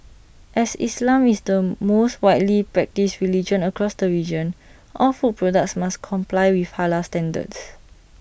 as islam is the most widely practised religion across the region all food products must comply with Halal standards